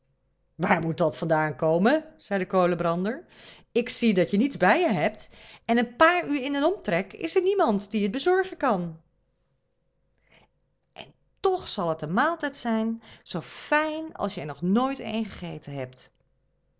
waar moet dat van daan komen zei de kolenbrander ik zie dat je niets bij je hebt en een paar uur in den omtrek is er niemand die het je bezorgen kan en toch zal het een maaltijd zijn zoo fijn als je er nog nooit een gegeten hebt